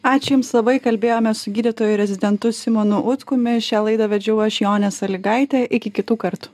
ačiū jums labai kalbėjomės su gydytoju rezidentu simonu utkumi šią laidą vedžiau aš jonė salygaitė iki kitų kartų